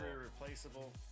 irreplaceable